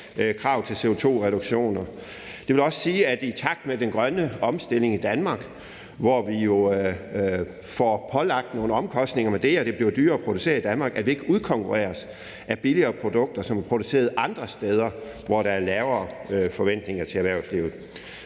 krav til CO2-reduktioner. Det vil også sige, at i takt med den grønne omstilling i Danmark, hvor vi jo bliver pålagt omkostninger og det bliver dyrere at producere i Danmark, udkonkurreres vi ikke af billigere produkter, som er produceret andre steder, hvor der er lavere forventninger til erhvervslivet.